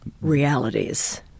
realities